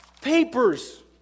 papers